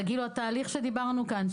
זה התהליך שעליו דיברנו כאן,